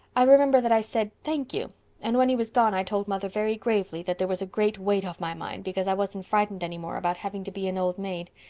i remember that i said thank you and when he was gone i told mother very gravely that there was a great weight off my mind, because i wasn't frightened any more about having to be an old maid.